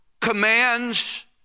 commands